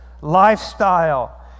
lifestyle